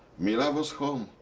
mila was home.